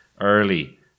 early